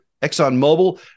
ExxonMobil